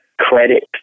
credit